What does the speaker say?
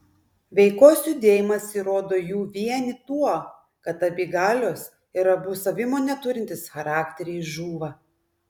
veikos judėjimas įrodo jų vienį tuo kad abi galios ir abu savimonę turintys charakteriai žūva